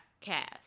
cast